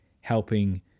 helping